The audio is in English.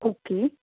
okay